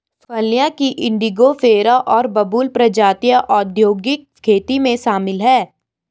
फलियों की इंडिगोफेरा और बबूल प्रजातियां औद्योगिक खेती में शामिल हैं